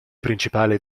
principale